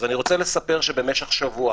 אז אני רוצה לספר שבמשך שבוע